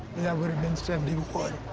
that would've been seventy one.